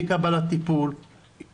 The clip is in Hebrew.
אי קבלת טיפול,